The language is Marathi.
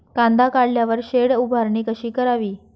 कांदा काढल्यावर शेड उभारणी कशी करावी?